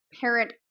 parent